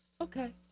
Okay